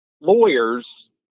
lawyers